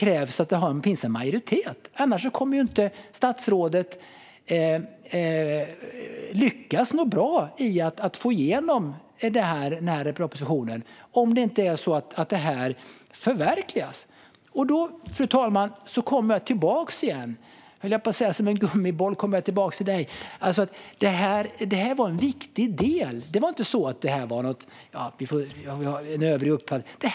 Annars, om det här inte förverkligas, kommer statsrådet inte att lyckas med att få igenom propositionen. Fru talman! Nu kommer jag tillbaka till detta igen. Som en gummiboll kommer jag tillbaks till dig, höll jag på att säga. Det här var en viktig del. Det var inte så att vi hade övriga uppfattningar.